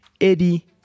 Eddie